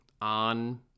on